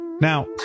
Now